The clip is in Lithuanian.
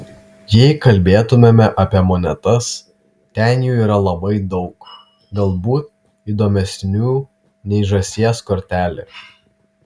jei kalbėtumėme apie monetas ten jų yra labai daug galbūt įdomesnių nei žąsies kortelė